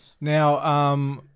Now –